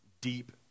deep